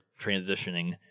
transitioning